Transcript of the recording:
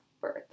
birth